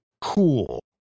Cool